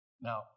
Now